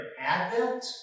Advent